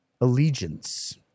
Allegiance